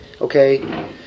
okay